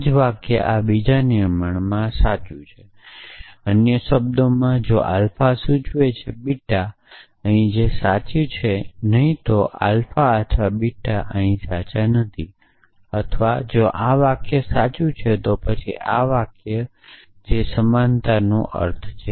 આ જ વાક્ય આ બીજા નિર્માણમાં આ સાચું છે અન્ય શબ્દોમાં જો આલ્ફા સૂચવે છે બીટા અહીં સાચા છે નહીં તો આલ્ફા અથવા બીટા અહીં સાચા નથી અથવા જો આ વાક્ય સાચું છે તો પછી આ વાક્યો જે સમાનતાનો અર્થ છે